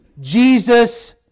Jesus